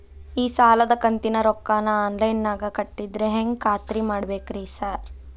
ಈ ಸಾಲದ ಕಂತಿನ ರೊಕ್ಕನಾ ಆನ್ಲೈನ್ ನಾಗ ಕಟ್ಟಿದ್ರ ಹೆಂಗ್ ಖಾತ್ರಿ ಮಾಡ್ಬೇಕ್ರಿ ಸಾರ್?